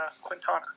Quintana